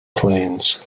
plains